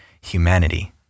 humanity